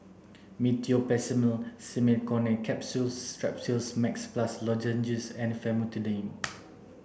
Meteospasmyl Simeticone Capsules Strepsils Max Plus Lozenges and Famotidine